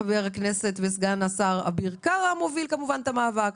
חבר הכנסת וסגן השר אביר קארה מוביל כמובן את המאבק,